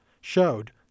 showed